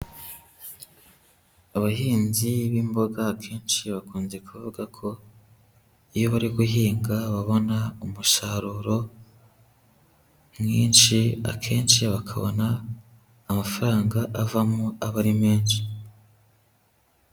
Abahinzi b'imboga akenshi bakunze kuvuga ko iyo bari guhinga babona umusaruro mwinshi akenshi bakabona amafaranga avamo aba ari menshi.